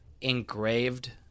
engraved